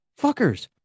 fuckers